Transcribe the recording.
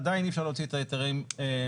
עדיין אי-אפשר להוציא את ההיתרים מכוחה,